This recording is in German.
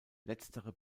letztere